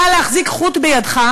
יודע להחזיק חוט בידך,